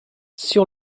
sur